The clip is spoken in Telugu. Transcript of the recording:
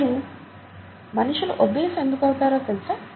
మీకు మనుషులు ఒబెస్ ఎందుకు అవుతారో తెలుసా